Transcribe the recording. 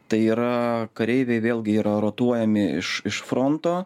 tai yra kareiviai vėlgi yra rotuojami iš iš fronto